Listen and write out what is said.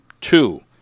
Two